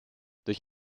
durch